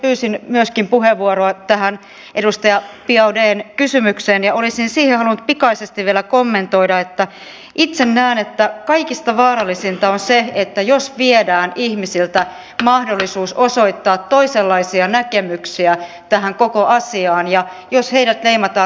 äsken pyysin myöskin puheenvuoroa tähän edustaja biaudetn kysymykseen ja olisin siihen halunnut pikaisesti vielä kommentoida että itse näen että kaikista vaarallisinta on se jos viedään ihmisiltä mahdollisuus osoittaa toisenlaisia näkemyksiä tähän koko asiaan ja heidät leimataan rasisteiksi